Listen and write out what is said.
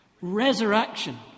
resurrection